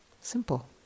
Simple